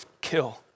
kill